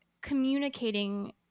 communicating